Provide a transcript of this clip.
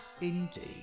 INDEED